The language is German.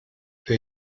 für